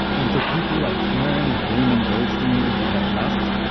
and for people like karen and raymond goldsteen who had left,